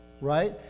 right